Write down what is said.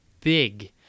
big